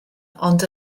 ond